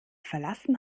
verlassen